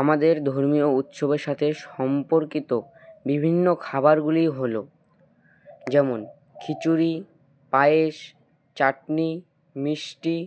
আমাদের ধর্মীয় উৎসবের সাথে সম্পর্কিত বিভিন্ন খাবারগুলি হলো যেমন খিচুড়ি পায়েস চাটনি মিষ্টি